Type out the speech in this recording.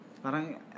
Parang